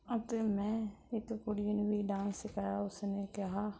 ਅਤੇ ਮੈਂ ਇੱਕ ਕੁੜੀ ਨੂੰ ਵੀ ਡਾਂਸ ਸਿਖਾਇਆ ਉਸਨੇ ਕਿਹਾ